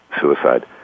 suicide